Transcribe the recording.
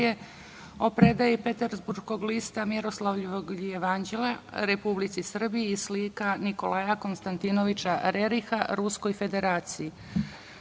o predaji Peterburškog lista Miroslavljevog jevanđelja Republici Srbiji i slika Nikolaja Konstantinoviča Reriha Ruskoj Federaciji. Naime,